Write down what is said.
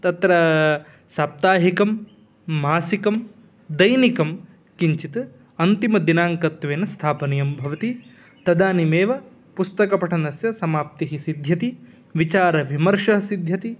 तत्र साप्ताहिकं मासिकं दैनिकं किञ्चित् अन्तिमदिनाङ्कत्वेन स्थापनीयं भवति तदानीमेव पुस्तकपठनस्य समाप्तिः सिद्ध्यति विचारविमर्षः सिद्ध्यति